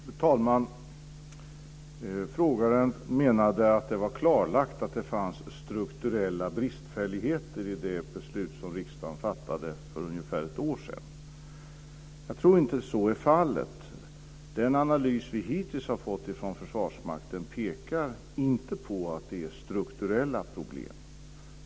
Fru talman! Frågaren menar att det är klarlagt att det finns strukturella bristfälligheter i det beslut som riksdagen fattade för ungefär ett år sedan. Jag tror inte att så är fallet. Den analys vi hittills har fått från Försvarsmakten pekar inte på att det är strukturella problem.